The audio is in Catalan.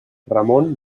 ramon